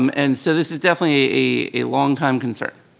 um and so this is definitely a long time concern.